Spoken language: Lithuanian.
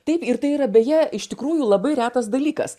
taip ir tai yra beje iš tikrųjų labai retas dalykas